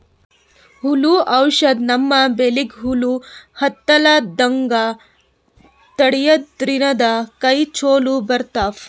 ಹುಳ್ದು ಔಷಧ್ ನಮ್ಮ್ ಬೆಳಿಗ್ ಹುಳಾ ಹತ್ತಲ್ಲ್ರದಂಗ್ ತಡ್ಯಾದ್ರಿನ್ದ ಕಾಯಿ ಚೊಲೋ ಬರ್ತಾವ್